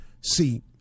See